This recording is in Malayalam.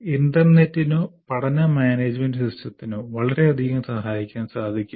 ഇൻറർനെറ്റിനോ പഠന മാനേജ്മെന്റ് സിസ്റ്റത്തിനോ വളരെയധികം സഹായിക്കാൻ സാധിക്കും